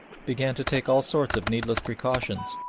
began to take all sorts of needless precautions,